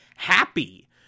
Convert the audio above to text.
happy